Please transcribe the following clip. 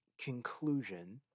conclusion